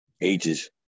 ages